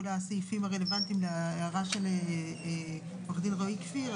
לסעיפים הרלוונטיים להערה של עו"ד רועי כפיר,